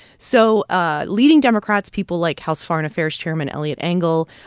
so ah leading democrats people like house foreign affairs chairman eliot engel,